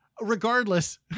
Regardless